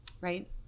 right